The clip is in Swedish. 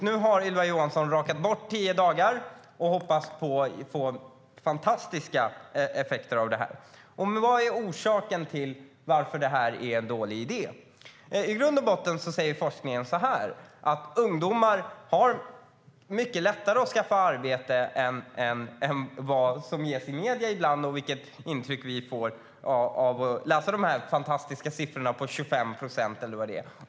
Nu har Ylva Johansson tagit bort tio dagar och hoppas på fantastiska effekter av det. Vad är då orsaken till att detta är en dålig idé? I grund och botten säger forskningen att ungdomar har mycket lättare att skaffa arbete än man kan få intryck av när man tar del av den bild som ges i medierna och den fantastiska siffran på 25 procent.